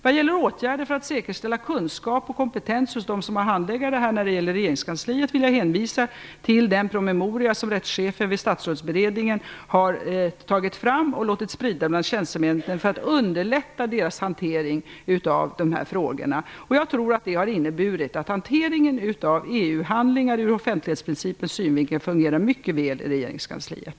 Vad gäller åtgärder för att säkerställa kunskap och kompetens hos dem i regeringskansliet som skall handlägga detta vill jag hänvisa till den promemoria som rättschefen vid statsrådsberedningen har tagit fram och låtit sprida bland tjänstemännen för att underlätta deras hantering av de här frågorna. Jag tror att det har inneburit att hanteringen av EU-handlingar ur offentlighetsprincipens synvinkel fungerar mycket väl i regeringskansliet.